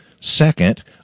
Second